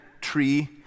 tree